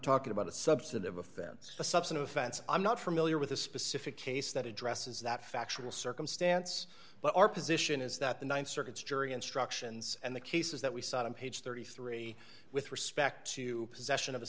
talking about a substantive offense a subset of offense i'm not familiar with a specific case that addresses that factual circumstance but our position is that the th circuit's jury instructions and the cases that we saw on page thirty three with respect to possession of a